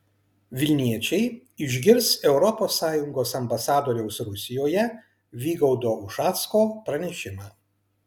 vilniečiai išgirs europos sąjungos ambasadoriaus rusijoje vygaudo ušacko pranešimą